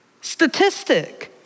statistic